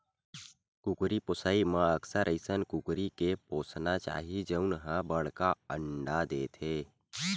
कुकरी पोसइ म अक्सर अइसन कुकरी के पोसना चाही जउन ह बड़का अंडा देथे